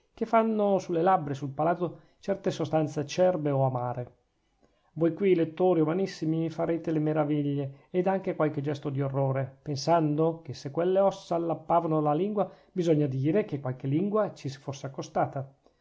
che fanno sulle labbra e sul palato certe sostanze acerbe od amare voi qui lettori umanissimi farete le maraviglie ed anche qualche gesto di orrore pensando che se quelle ossa allappavano la lingua bisogna dire che qualche lingua ci si fosse accostata